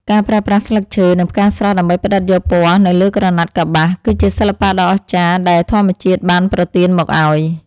ការប្រើប្រាស់ស្លឹកឈើ និង ផ្កាស្រស់ដើម្បីផ្ដិតយកពណ៌នៅលើក្រណាត់កប្បាស គឺជាសិល្បៈដ៏អស្ចារ្យដែលធម្មជាតិបានប្រទានមកឱ្យ។